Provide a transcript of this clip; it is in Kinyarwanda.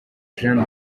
jeanne